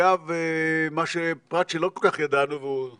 אגב, פרט שלא כל כך ידענו והוא פיקנטי,